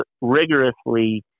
rigorously